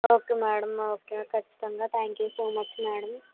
okay madam okay ఖచ్చితంగా thank you so much madam